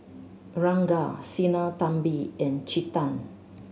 Ranga Sinnathamby and Chetan